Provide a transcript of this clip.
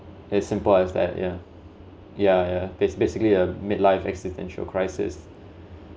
as simple as that yeah yeah yeah basic basically a midlife existential crisis